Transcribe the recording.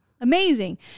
Amazing